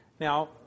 now